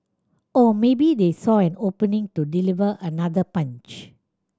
or maybe they saw an opening to deliver another punch